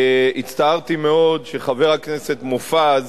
הצטערתי מאוד שחבר הכנסת מופז,